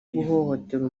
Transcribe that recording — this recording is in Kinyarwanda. guhohotera